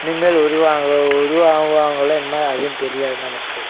இனிமேல் உருவாங்களோ உருவாகுவாங்களோ அதுவும் தெரியாது நமக்கு